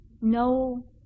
no